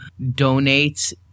donates